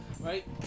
right